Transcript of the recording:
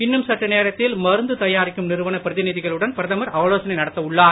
இன்னும் சற்று நேரத்தில் மருந்து தயாரிக்கும் நிறுவனப் பிரதிநிதிகளுடன் பிரதமர் ஆலோசனை நடத்த உள்ளார்